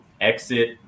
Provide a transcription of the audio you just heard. exit –